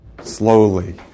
slowly